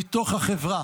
מתוך החברה.